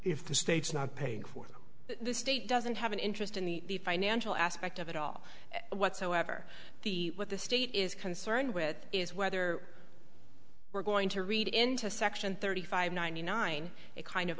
if the state's not paying for the state doesn't have an interest in the financial aspect of it all whatsoever the what the state is concerned with is whether we're going to read into section thirty five ninety nine it kind of